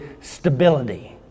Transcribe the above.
stability